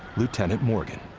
lieutenant morgan.